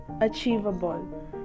achievable